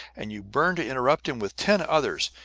and you burn to interrupt him with ten others,